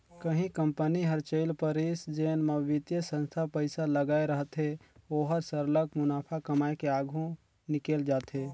कहीं कंपनी हर चइल परिस जेन म बित्तीय संस्था पइसा लगाए रहथे ओहर सरलग मुनाफा कमाए के आघु निकेल जाथे